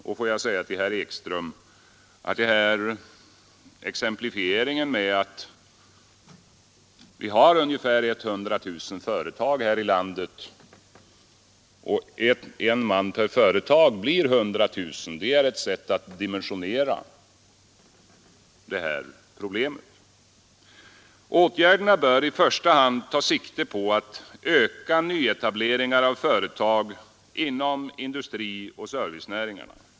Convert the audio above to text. Och får jag säga till herr Ekström att exemplifieringen med att vi har ungefär 100 000 företag här i landet och att en ytterligare anställning av 1 man per företag blir 100 000 är ett sätt att dimensionera problemet. Åtgärderna bör i första hand ta sikte på att öka nyetableringar av företag inom industrioch servicenäringarna.